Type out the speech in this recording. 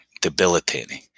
debilitating